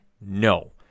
No